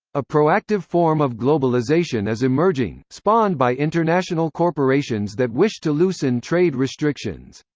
a proactive form of globalization is emerging, spawned by international corporations that wish to loosen trade restrictions.